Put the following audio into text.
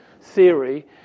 theory